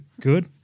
Good